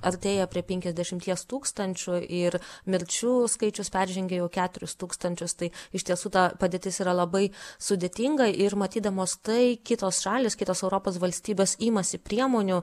artėja prie penkiasdešimties tūkstančių ir mirčių skaičius peržengė jau keturis tūkstančius tai iš tiesų ta padėtis yra labai sudėtinga ir matydamos tai kitos šalys kitos europos valstybės imasi priemonių